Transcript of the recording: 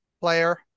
player